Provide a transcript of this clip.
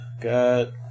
Got